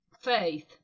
faith